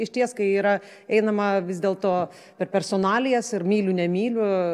išties kai yra einama vis dėl to per personalijas ir myliu nemyliu